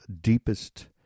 deepest